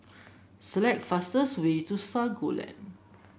select the fastest way to Sago Lane